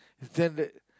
pretend that